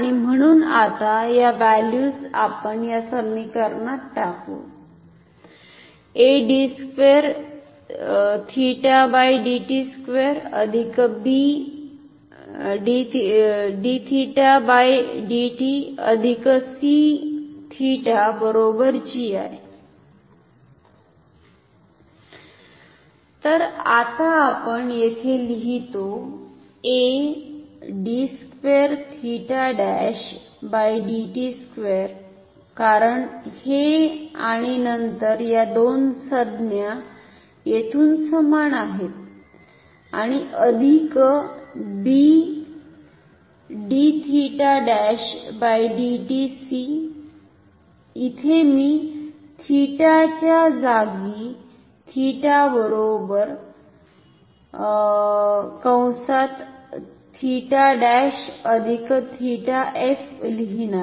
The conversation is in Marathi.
आणि म्हणून आता या व्हॅल्यूज आपण या समीकरणात टाकु आता आपण येथे लिहितो कारण हे आणि नंतर या दोन संज्ञा येथून समान आहेत आणि अधिक इथे मी 𝜃 च्या जागी 𝜃 बरोबर 𝜃 ′ 𝜃f लिहिणार